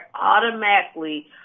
automatically